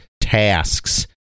tasks